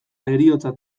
heriotza